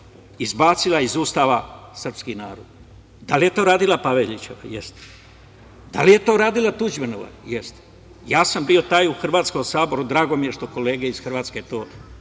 izbacila iz Ustava srpski narod? Da li je to radila Pavelićeva? Jeste. Da li je to radila Tuđmanova? Jeste. Ja sam bio taj u Hrvatskom saboru, drago mi je što kolege iz Hrvatske to